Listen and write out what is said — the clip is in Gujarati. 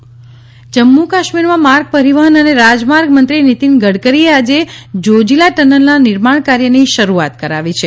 જોજીલા ટનલ જમ્મ્ કાશ્મીરમાં માર્ગ પરિવહન અને રાજમાર્ગ મંત્રી નીતિન ગડકરી આજે જોજીલા ટનલના નિર્માણકાર્યની શરૂઆત કરાવી છે